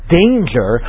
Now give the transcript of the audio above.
danger